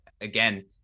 again